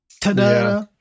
Ta-da